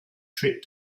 trip